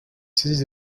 saisi